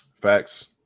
Facts